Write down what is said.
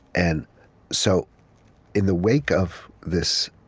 and so in the wake of this